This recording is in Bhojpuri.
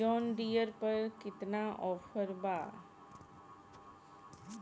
जॉन डियर पर केतना ऑफर बा?